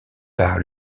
par